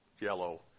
yellow